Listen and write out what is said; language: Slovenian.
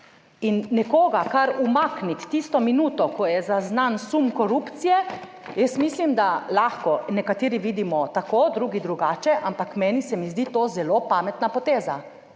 In nekoga kar umakniti tisto minuto, ko je zaznan sum korupcije, jaz mislim, da lahko nekateri vidimo tako, drugi drugače, ampak meni se mi zdi to zelo pametna poteza,